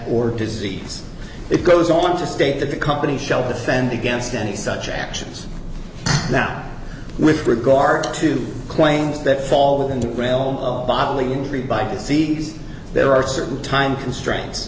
or disease it goes on to state that the company shall defend against any such actions now with regard to claims that fall within the realm of bodily injury by disease there are certain time constraints